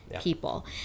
people